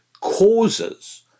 causes